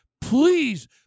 Please